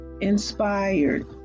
inspired